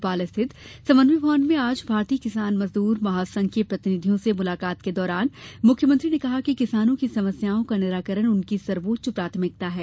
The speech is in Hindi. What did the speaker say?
भोपाल स्थित समन्वय भवन में आज भारतीय किसान मजदूर महासंघ के प्रतिनिधियों से मुलाकात के दौरान मुख्यमंत्री ने कहा कि किसानों की समस्याओं का निराकरण उनकी सर्वोच्च प्राथमिकता है